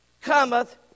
cometh